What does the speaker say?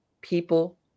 people